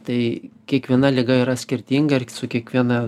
tai kiekviena liga yra skirtinga ir su kiekviena